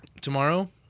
tomorrow